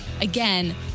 again